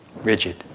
rigid